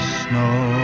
snow